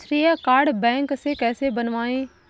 श्रेय कार्ड बैंक से कैसे बनवाएं?